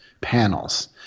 panels